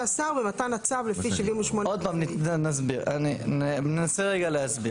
השר במתן הצו לפי 78כה. עוד פעם אני מנסה להסביר.